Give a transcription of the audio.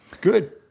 Good